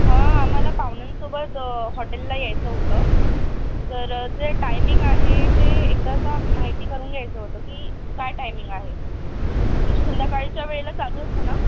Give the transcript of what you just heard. हां आम्हाला पाहुण्यांसोबत हॉटेलला यायचं होतं तरं जे टायमिंग आहे ते एकदा असं माहिती करून घ्यायचं होतं की काय टायमिंग आहे म्हणजे संध्याकाळीच्या वेळेला चालू असतं ना